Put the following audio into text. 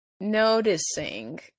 noticing